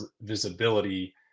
visibility